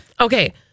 Okay